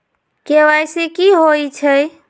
KYC कि होई छई?